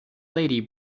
lady